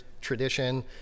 tradition